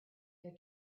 your